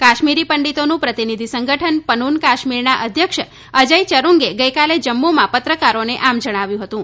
કાશ્મીર પંડિતોનું પ્રતિનિધી સંગઠન પનુન કાશ્મીરના અધ્યક્ષઅજય યરૂંગે ગઇકાલે જમ્મુમાં પત્રકારોને આમ જણાવ્યું હતું